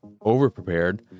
over-prepared